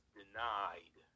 denied